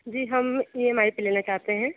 जी हम E M I पर लेना चाहते हैं